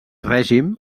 règim